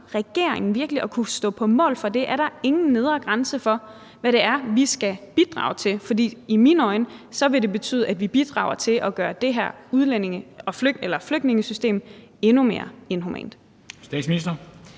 virkelig at kunne stå på mål for det? Er der ingen nedre grænse for, hvad det er, vi skal bidrage til? I mine øjne vil det betyde, at vi bidrager til at gøre det her flygtningesystem endnu mere inhumant. Kl.